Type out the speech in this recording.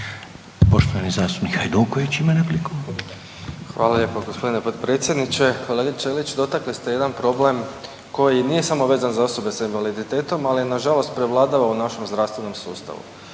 ima repliku. **Hajduković, Domagoj (SDP)** Hvala lijepo gospodine potpredsjedniče. Kolege Ćelić dotakli ste jedan problem koji nije samo vezan za osobe sa invaliditetom ali nažalost prevladava u našem zdravstvenom sustavu,